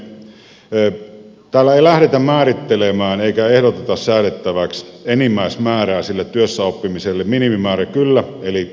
täällä ei lähdetä määrittelemään eikä ehdoteta säädettäväksi enimmäismäärää sille työssäoppimiselle minimimäärä kyllä siis puoli vuotta